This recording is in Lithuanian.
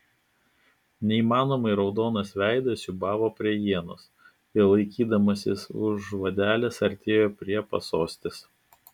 neįmanomai raudonas veidas siūbavo prie ienos ir laikydamasis už vadelės artėjo prie pasostės